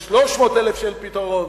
יש 300,000 שאין פתרון,